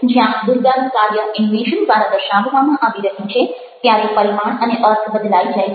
જ્યાં દુર્ગાનું કાર્ય એનિમેશન દ્વારા દર્શાવવામાં આવી રહ્યું છે ત્યારે પરિમાણ અને અર્થ બદલાઈ જાય છે